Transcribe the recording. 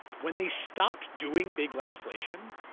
when they stopped doing big legislation,